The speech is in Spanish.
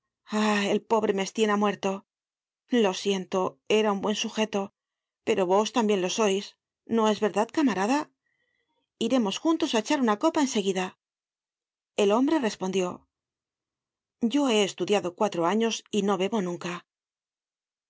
el pobre mestienne ha muerto lo siento era un buen sugeto pero vos tambien lo sois no es verdad camarada iremos juntos á echar una copa en seguida el hombre respondió yo he estudiado cuatro años y no bebo nunca